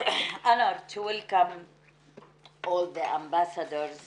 (תרגום חופשי מהשפה האנגלית): אני רוצה לקבל בברכה את כל השגרירות